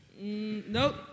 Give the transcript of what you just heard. Nope